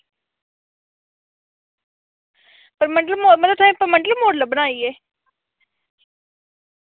परमंडल मोड़ मतलब तुसें परमंडल मोड़ लब्भना आइयै